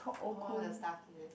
all the stuff is it